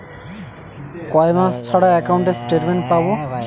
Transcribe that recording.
কয় মাস ছাড়া একাউন্টে স্টেটমেন্ট পাব?